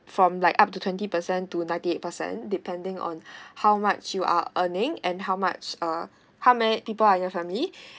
from like up to twenty percent to ninety eight percent depending on how much you are earning and how much uh how many people are your family